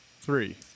Three